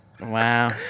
Wow